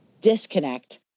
disconnect